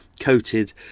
coated